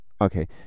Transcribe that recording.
Okay